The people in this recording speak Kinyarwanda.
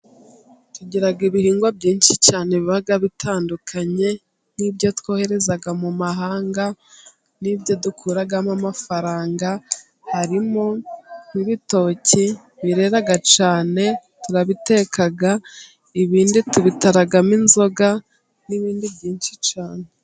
Tugira ibihingwa byinshi cyane bibaga bitandukanye, n'ibyo twohereza mu mahanga, n'ibyo dukuramo amafaranga, harimo n'ibitoki birera cyane, turabiteka, ibindi tubitaramo inzoga, n'ibindi byinshi cyane.